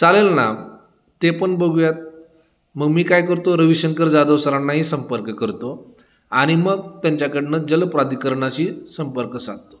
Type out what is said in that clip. चालेल ना ते पण बघूयात मग मी काय करतो रविशंकर जाधव सरांनाही संपर्क करतो आणि मग त्यांच्याकडून जलप्राधिकरणाशी संपर्क साधतो